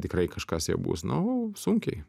tikrai kažkas jau bus nu sunkiai